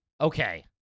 Okay